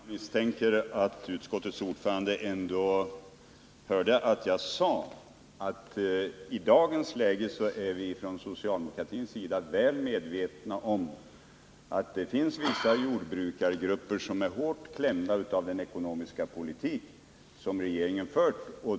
Herr talman! Jag misstänker att utskottets ordförande ändå hörde att jag sade att i dagens läge är vi från socialdemokratins sida väl medvetna om att det finns vissa jordbrukargrupper som är hårt klämda av den ekonomiska politik som regeringen fört.